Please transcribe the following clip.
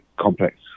complex